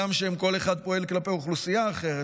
הגם שכל אחד מהם פועל כלפי אוכלוסייה אחרת,